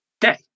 day